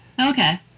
Okay